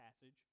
passage